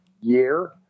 year